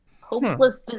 Hopeless